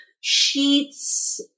sheets